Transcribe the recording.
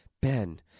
Ben